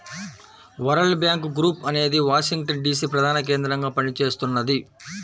world Bank Group అనేది Washington DC ప్రధానకేంద్రంగా పనిచేస్తున్నది